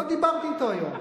לא דיברתי אתו היום.